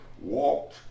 walked